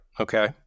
okay